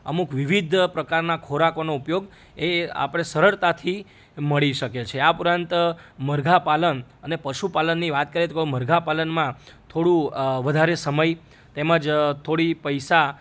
અમુક વિવિધ પ્રકારના ખોરાકોનો ઉપયોગ એ આપણે સરળતાથી મળી શકે છે આ ઉપરાંત મરઘા પાલન અને પશુપાલનની વાત કરીએ તો મરઘા પાલનમાં થોડું વધારે સમય તેમજ થોડી પૈસા